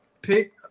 pick